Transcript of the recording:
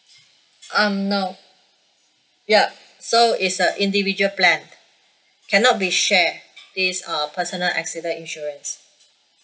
um no yup so it's a individual plan cannot be share this err personal accident insurance